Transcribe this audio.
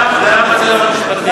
זה המצב המשפטי.